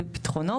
ביטחונו,